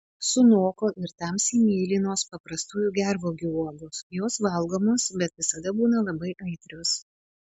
sunoko ir tamsiai mėlynos paprastųjų gervuogių uogos jos valgomos bet visada būna labai aitrios